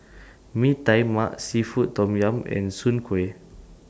Mee Tai Mak Seafood Tom Yum and Soon Kway